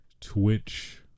Twitch